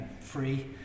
free